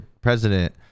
president